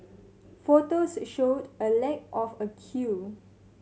photos showed a lack of a queue